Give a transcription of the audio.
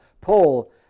Paul